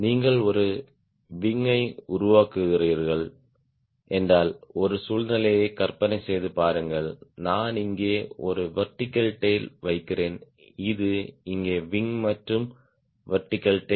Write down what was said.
நீங்கள் ஒரு விங் யை உருவாக்குகிறீர்கள் என்றால் ஒரு சூழ்நிலையை கற்பனை செய்து பாருங்கள் நான் இங்கே ஒரு வெர்டிகல் டேய்ல் வைக்கிறேன் இது இங்கே விங் மற்றும் வெர்டிகல் டேய்ல்